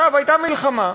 הייתה מלחמה,